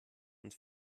und